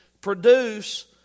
produce